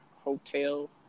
hotel